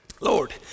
Lord